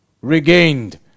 regained